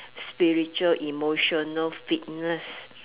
spiritual emotional fitness